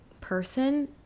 person